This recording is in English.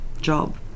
job